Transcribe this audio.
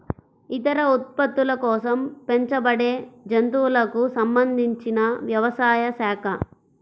ఇతర ఉత్పత్తుల కోసం పెంచబడేజంతువులకు సంబంధించినవ్యవసాయ శాఖ